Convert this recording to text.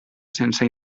sense